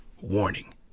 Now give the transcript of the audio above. Warning